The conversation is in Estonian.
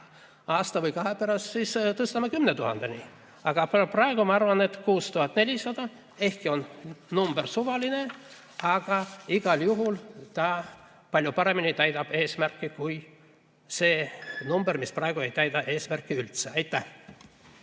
aasta või kahe pärast tõstame 10 000‑ni. Aga praegu ma arvan, et 6400, ehkki see on suvaline number, täidab igal juhul palju paremini eesmärki kui see number, mis praegu ei täida eesmärki üldse. Aitäh!